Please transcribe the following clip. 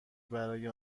برای